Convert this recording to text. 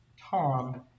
Tom